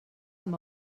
amb